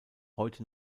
heute